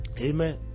Amen